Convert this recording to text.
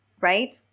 right